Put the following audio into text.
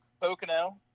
pocono